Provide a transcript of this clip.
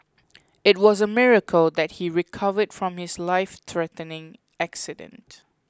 it was a miracle that he recovered from his lifethreatening accident